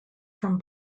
from